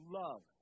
love